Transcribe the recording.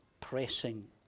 pressing